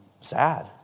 sad